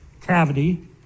cavity